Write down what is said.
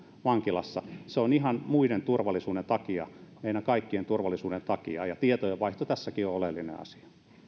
vankilassa ihan muiden turvallisuuden takia meidän kaikkien turvallisuuden takia ja tietojenvaihto tässäkin on oleellinen asia